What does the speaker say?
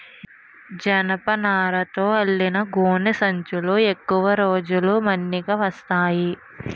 జనపనారతో అల్లిన గోనె సంచులు ఎక్కువ రోజులు మన్నిక వస్తాయి